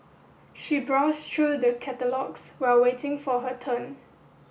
she browsed through the catalogues while waiting for her turn